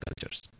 cultures